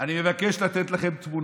אני מבקש לתת לכם תמונה.